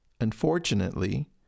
Unfortunately